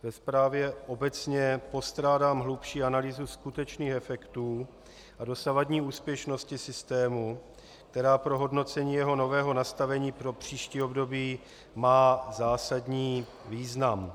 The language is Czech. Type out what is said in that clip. Ve zprávě obecně postrádám hlubší analýzu skutečných efektů a dosavadní úspěšnosti systému, která pro hodnocení jeho nového nastavení pro příští období má zásadní význam.